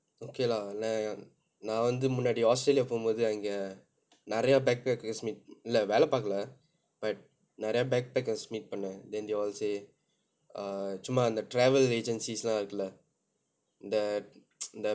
okay lah இல்லை நான் வந்து முன்னாடி:illai naan vanthu munnadi australian போவும் போது அங்க நிறைய:povum pothu anga niraya backpackers meet இல்லை வேலை பார்க்கலை:illai velai paarkalai but நிறைய:niraya backpackers meet பண்ணோம்:pannoam then they all say uh சும்மா அந்த:summaa antha travel agencies எல்லாம் இருக்குலே இந்த:ellaam irukkule intha